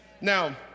Now